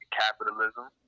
capitalism